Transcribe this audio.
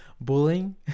bullying